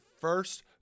first